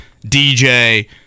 DJ